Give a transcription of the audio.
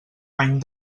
any